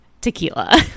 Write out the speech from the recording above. tequila